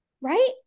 right